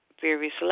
various